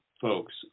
folks